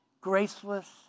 graceless